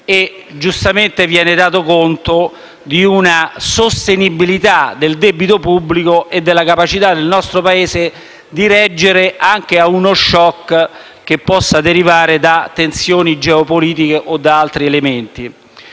e giustamente avete dato conto di una sostenibilità del debito pubblico e della capacità del nostro Paese di reggere anche a uno *choc* che possa derivare da tensioni geopolitiche o da altri elementi.